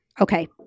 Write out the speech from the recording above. Okay